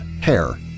Hair